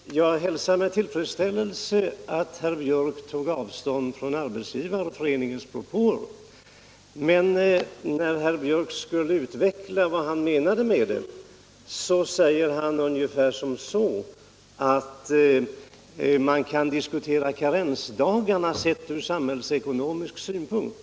Herr talman! Jag hälsar med tillfredställelse att herr Biörck i Värmdö tar avstånd från Arbetsgivareföreningens propåer. Men när herr Biörck skulle utveckla vad han menade med detta uttalande sade han att man Arbetsdemokrati inom sjukvården Arbetsdemokrati inom sjukvården kan diskutera frågan om karensdagarna från samhällsekonomisk synpunkt.